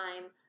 time